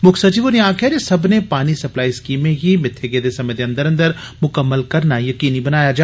मुक्ख सचिव होरें आक्खेआ जे सब्बनें पानी सप्लाई स्कीमें गी मित्थे गेदे समें दे अंदर अंदर मुकम्मल कराना यकीनी बनाया जा